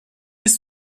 bis